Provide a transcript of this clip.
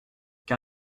car